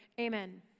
amen